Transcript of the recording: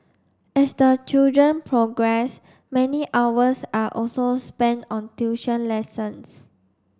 as the children progress many hours are also spent on tuition lessons